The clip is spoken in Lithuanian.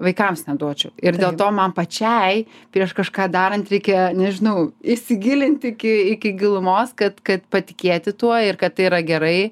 vaikams neduočiau ir dėl to man pačiai prieš kažką darant reikia nežinau įsigilint iki iki gilumos kad kad patikėti tuo ir kad tai yra gerai